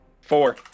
Four